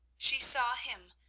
she saw him,